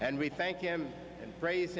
and we thank him and praise